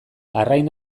arrain